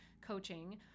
coaching